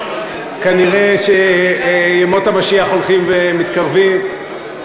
כנראה שימות המשיח הולכים ומתקרבים.